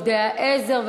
לעובדי העזר,